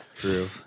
True